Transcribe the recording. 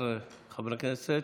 בעד, 16 חברי כנסת,